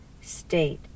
state